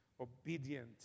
obedient